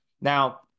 Now